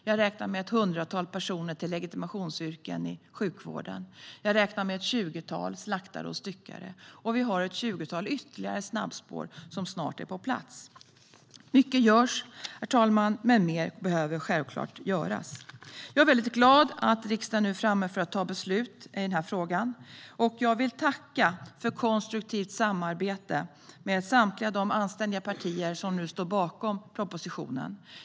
Jag räknar med ett hundratal personer till legitimationsyrken i sjukvården. Jag räknar med ett tjugotal slaktare och styckare. Och vi har ytterligare ett tjugotal snabbspår som snart är på plats. Mycket görs, herr talman, men mer behöver självklart göras. Jag är väldigt glad att riksdagen nu är framme vid att ta beslut i den här frågan. Jag vill tacka för konstruktivt samarbete med samtliga de anständiga partier som nu står bakom propositionen.